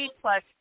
plus